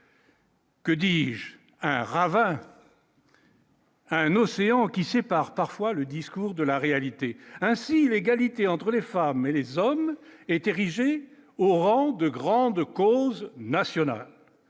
Que dis-je un ravin. Un océan qui sépare parfois le discours de la réalité ainsi l'égalité entre les femmes et les hommes est érigée au rang de grande cause nationale,